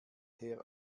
her